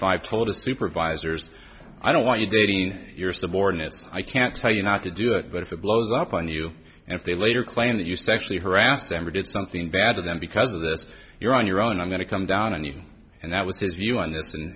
five told to supervisors i don't want you dating your subordinates i can't tell you not to do it but if it blows up on you and if they later claim that you sexually harassed them or did something bad to them because of this you're on your own i'm going to come down on you and that was his view on this and